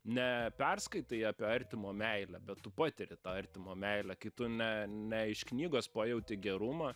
ne perskaitai apie artimo meilę bet tu patiri tą artimo meilę kai tu ne ne iš knygos pajauti gerumą